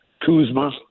Kuzma